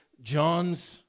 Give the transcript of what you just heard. John's